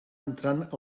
entrant